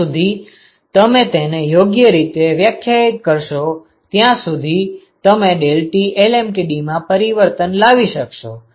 જ્યાં સુધી તમે તેને યોગ્ય રીતે વ્યાખ્યાયિત કરશો ત્યાં સુધી તમે deltaT lmtd માં પરિવર્તન લાવી શકશો